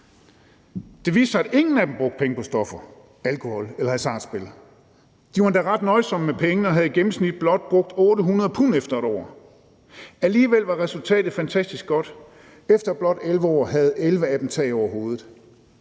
Det viste sig, at ingen af dem brugte penge på stoffer, alkohol eller hasardspil. De var endda ret nøjsomme med pengene og havde i gennemsnit blot brugt 800 pund efter et år. Alligevel var resultatet fantastisk godt. Efter blot et år havde 11 af dem tag over hovedet,